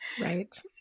Right